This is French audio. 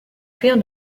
cuire